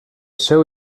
seu